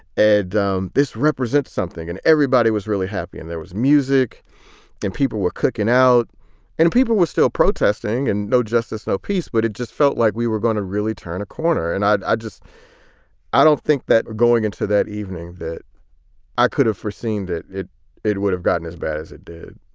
and um this represents something. and everybody was really happy. and there was music and people were kicking out and people were still protesting and no justice. no peace. but it just felt like we were going to really turn a corner. and i just i don't think that going into that evening that i could have foreseen that it it would have gotten as bad as it did